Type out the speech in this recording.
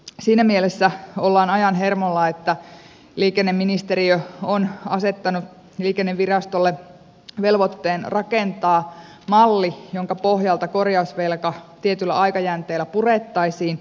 siinä mielessä ollaan ajan hermolla että liikenneministeriö on asettanut liikennevirastolle velvoitteen rakentaa malli jonka pohjalta korjausvelka tietyllä aikajänteellä purettaisiin